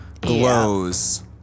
glows